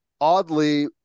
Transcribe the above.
oddly